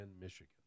Michigan